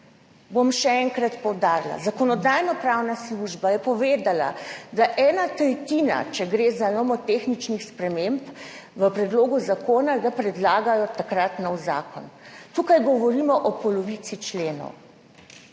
Bom še enkrat poudarila. Zakonodajno-pravna služba je povedala, da ob eni tretjini nomotehničnih sprememb v predlogu zakona predlagajo nov zakon. Tukaj govorimo o polovici členov.